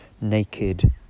naked